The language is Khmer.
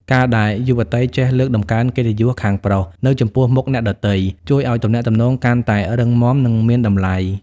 ការដែលយុវតីចេះ "លើកតម្កើងកិត្តិយសខាងប្រុស" នៅចំពោះមុខអ្នកដទៃ ជួយឱ្យទំនាក់ទំនងកាន់តែរឹងមាំ និងមានតម្លៃ។